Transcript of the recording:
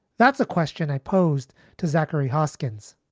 that's a question i posed to zachary hoskins,